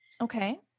Okay